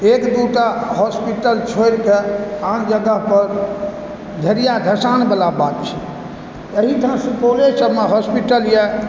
एक दूटा हॉस्पिटल छोड़िके आन जगहपर भेड़िया धसानवला बात छै एहिठाम सुपौले सबमे हॉस्पिटल यऽ